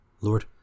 Lord